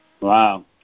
Wow